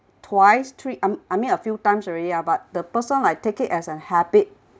twice three I I mean a few times already lah but the person like take it as a habit